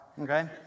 okay